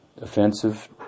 offensive